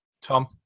Tom